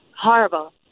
horrible